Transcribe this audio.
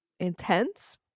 Intense